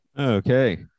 okay